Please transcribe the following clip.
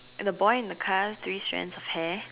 and the boy and the car three strands of hair